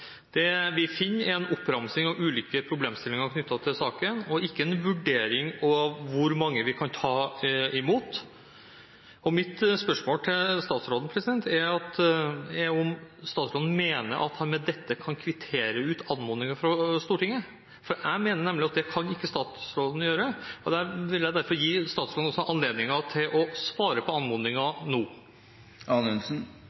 Det vi finner, er en oppramsing av ulike problemstillinger knyttet til saken og ikke en vurdering av hvor mange vi kan ta imot. Mitt spørsmål til statsråden er om statsråden mener at han med dette kan kvittere ut anmodningen fra Stortinget. Jeg mener nemlig at det kan statsråden ikke gjøre. Jeg vil derfor gi statsråden anledningen til å svare på